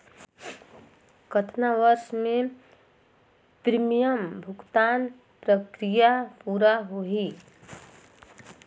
कतना वर्ष मे प्रीमियम भुगतान प्रक्रिया पूरा होही?